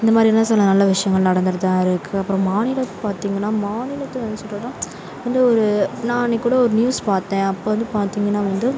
இந்த மாதிரியான சில நல்ல விஷயங்கள் நடந்துகிட்டுதான் இருக்குது அப்புறம் மாநிலத்தை பார்த்தீங்கன்னா மாநிலத்தில் என்ன சொல்றதுன்னால் இந்த ஒரு நாள் அன்றைக்கி கூட ஒரு நியூஸ் பார்த்தேன் அப்போ வந்து பார்த்தீங்கன்னா வந்து